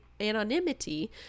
anonymity